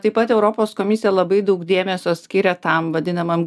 taip pat europos komisija labai daug dėmesio skiria tam vadinamam